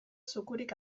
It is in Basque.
zukurik